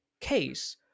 case